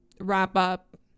wrap-up